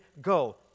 Go